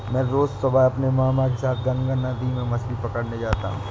मैं रोज सुबह अपने मामा के साथ गंगा नदी में मछली पकड़ने जाता हूं